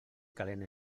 calent